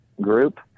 group